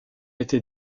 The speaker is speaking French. été